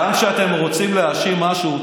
גם כשאתם רוצים להאשים במשהו,